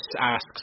asks